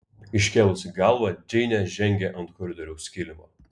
iškėlusi galvą džeinė žengė ant koridoriaus kilimo